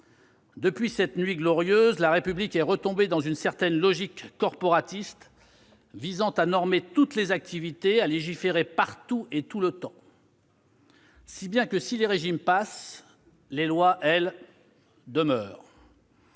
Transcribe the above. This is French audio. Depuis cette nuit glorieuse, la République est retombée dans une certaine logique corporatiste, visant à normer toutes les activités, à légiférer sur tout et tout le temps ! Si bien que si les régimes passent, les lois, elles, demeurent